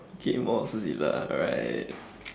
okay mothzilla right